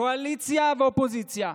קואליציה ואופוזיציה,